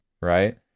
right